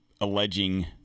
alleging